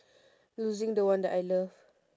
losing the one that I love